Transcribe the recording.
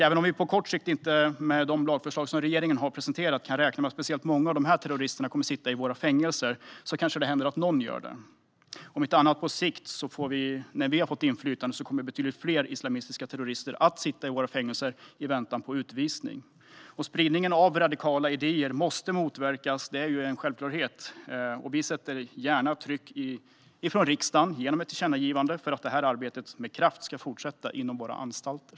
Även om vi inte på kort sikt, med de lagförslag som regeringen har presenterat, kan räkna med att speciellt många av terroristerna kommer att sitta i våra fängelser kanske det händer att någon får göra det. Om inte annat så på sikt, när vi fått inflytande, kommer betydligt fler islamistiska terrorister att sitta i våra fängelser i väntan på utvisning. Att spridningen av radikala idéer måste motverkas är en självklarhet. Vi sätter gärna tryck från riksdagen genom ett tillkännagivande för att detta arbete med kraft ska fortsätta inom våra anstalter.